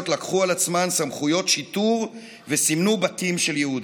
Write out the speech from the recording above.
לקחו על עצמן סמכויות שיטור וסימנו בתים של יהודים.